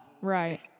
Right